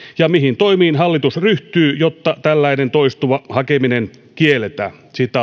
ja mihin toimiin hallitus ryhtyy jotta tällainen toistuva hakeminen kielletään